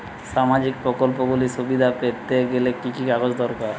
সামাজীক প্রকল্পগুলি সুবিধা পেতে গেলে কি কি কাগজ দরকার?